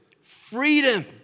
Freedom